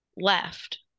left